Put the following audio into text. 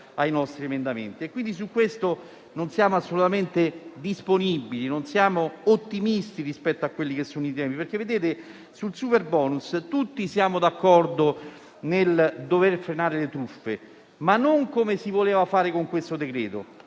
Su questo non siamo assolutamente disponibili e non siamo ottimisti rispetto ai temi in esame, visto che sul superbonus tutti siamo d'accordo nel dover frenare le truffe, ma non come si voleva fare con questo decreto-legge,